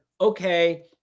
Okay